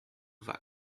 vag